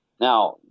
Now –